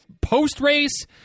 post-race